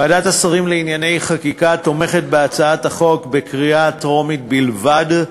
ועדת השרים לענייני חקיקה תומכת בהצעת החוק בקריאה טרומית בלבד,